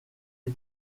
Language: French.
est